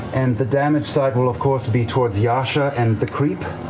and the damage side will of course be towards yasha and the creep